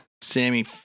Sammy